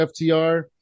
FTR